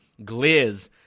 Gliz